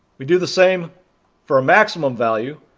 we do the same for our maximum value.